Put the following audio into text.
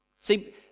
See